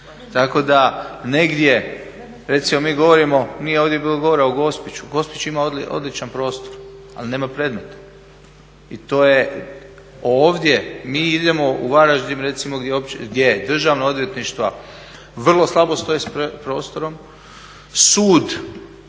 Tako da negdje mi govorimo … govora o Gospiću, Gospić ima odličan prostor ali nema predmeta i to je ovdje mi idemo u Varaždin recimo gdje Državno odvjetništvo vrlo slabo stoji s prostorom, sud